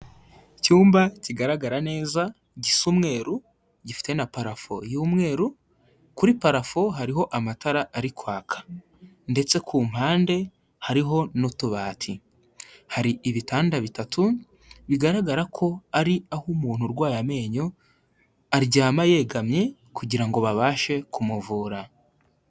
Icyumba kigaragara neza, gisa umweru ,gifite na parafo y'umweru, kuri parafo hariho amatara ari kwaka. Ndetse ku mpande hariho n'utubati. Hari ibitanda bitatu, bigaragara ko ari aho umuntu urwaye amenyo ,aryama yegamye kugira ngo babashe kumuvura.